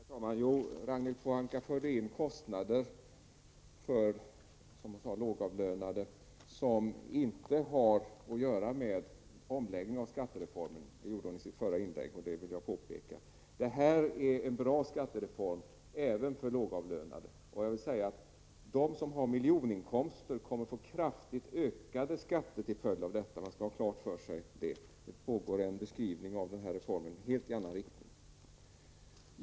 Herr talman! I sitt förra inlägg förde Ragnhild Pohanka in kostnader, som hon sade, för de lågavlönade som inte har att göra med omläggningen av skattesystemet, och det vill jag påpeka. Skattereformen är bra även för lågavlönade, och man skall ha klart för sig att de som har miljoninkomster kommer att få kraftigt ökade skatter. Det pågår en beskrivning av reformen i helt annan riktning.